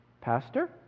Pastor